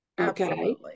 okay